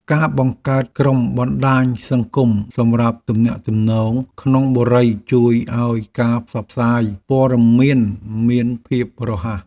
ការបង្កើតក្រុមបណ្តាញសង្គមសម្រាប់ទំនាក់ទំនងក្នុងបុរីជួយឱ្យការផ្សព្វផ្សាយព័ត៌មានមានភាពរហ័ស។